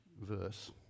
verse